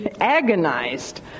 agonized